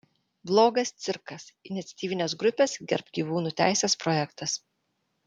blogas cirkas iniciatyvinės grupės gerbk gyvūnų teises projektas